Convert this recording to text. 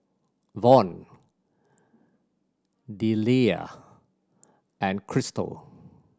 Von Deliah and Chrystal